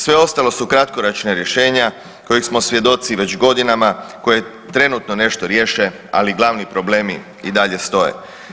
Sve ostalo su kratkoročna rješenja kojih smo svjedoci već godinama koji trenutno nešto riješe, ali glavni problemi i dalje stoje.